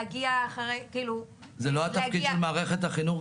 להגיע --- זה לא התפקיד של מערכת החינוך,